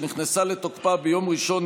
שנכנסה לתוקפה ביום ראשון,